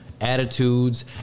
Attitudes